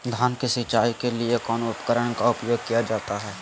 धान की सिंचाई के लिए कौन उपकरण का उपयोग किया जाता है?